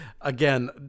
Again